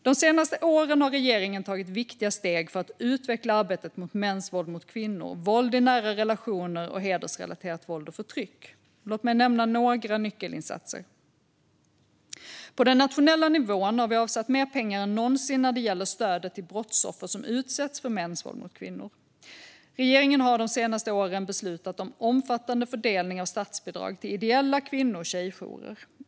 De senaste åren har regeringen tagit viktiga steg för att utveckla arbetet mot mäns våld mot kvinnor, våld i nära relationer och hedersrelaterat våld och förtryck. Låt mig nämna några nyckelinsatser. På den nationella nivån har vi avsatt mer pengar än någonsin när det gäller stödet till brottsoffer som utsätts för mäns våld mot kvinnor. Regeringen har de senaste åren beslutat om omfattande fördelning av statsbidrag till ideella kvinno och tjejjourer.